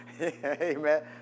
Amen